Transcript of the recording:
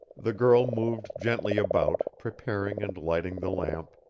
the girl moved gently about, preparing and lighting the lamp,